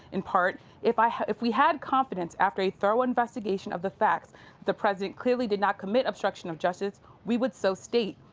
in part if i had if we had confidence after a thorough investigation of the facts that the president clearly did not commit obstruction of justice, we would so state.